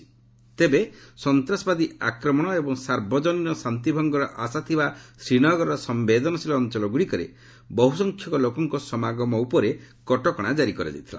ଡେବେ ସନ୍ତାସବାଦୀ ଆକ୍ରମଣ ଏବଂ ସାର୍ବଜନୀନ ଶାନ୍ତି ଭଙ୍ଗର ଆଶଙ୍କା ଥିବା ଶ୍ରୀନଗରର ସମ୍ଭେଦନଶୀଳ ଅଞ୍ଚଳଗ୍ରଡ଼ିକରେ ବହୁ ସଂଖ୍ୟକ ଲୋକଙ୍କ ସମାଗମ ଉପରେ କଟକଶା କାରି କରାଯାଇଥିଲା